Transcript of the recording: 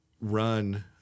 run